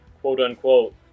quote-unquote